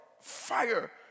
fire